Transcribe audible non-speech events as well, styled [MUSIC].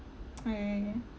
[NOISE] oh ya ya ya